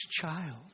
child